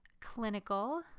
clinical